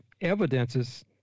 evidences